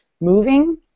moving